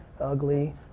ugly